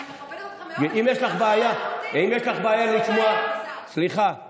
אני מכבדת אותך מאוד, אם יש לך בעיה לשמוע, סליחה.